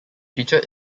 featured